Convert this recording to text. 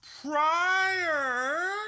prior